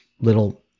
little